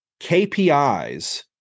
KPIs